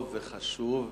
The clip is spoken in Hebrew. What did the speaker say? טוב וחשוב.